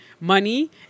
money